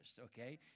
okay